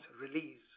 release